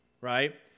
right